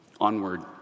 onward